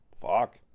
Fuck